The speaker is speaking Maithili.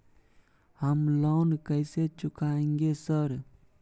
हम लोन कैसे चुकाएंगे सर?